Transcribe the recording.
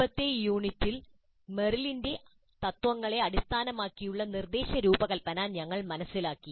മുമ്പത്തെ യൂണിറ്റിൽ മെറിലിന്റെ തത്ത്വങ്ങളെ അടിസ്ഥാനമാക്കിയുള്ള നിർദ്ദേശരൂപകൽപ്പന ഞങ്ങൾ മനസ്സിലാക്കി